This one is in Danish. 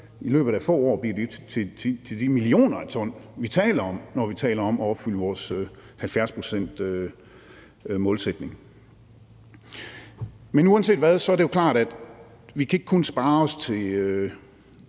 i løbet af få år bliver det til de millioner af ton, vi taler om, når vi taler om at opfylde vores 70-procentsmålsætning. Men uanset hvad er det klart, at vi ikke kun kan spare os til